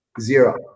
Zero